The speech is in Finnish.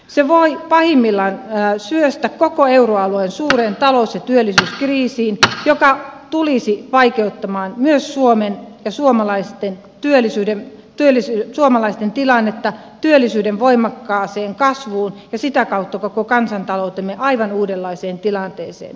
se voi pahimmillaan syöstä koko euroalueen suureen talous ja työllisyyskriisin joka tulisi vaikeuttamaan myös suomen ja suomalaisten tilannetta johtaisi työttömyyden voimakkaaseen kasvuun ja sitä kautta koko kansantaloutemme aivan uudenlaiseen tilanteeseen